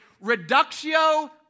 reductio